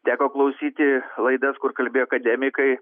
teko klausyti laidas kur kalbėjo akademikai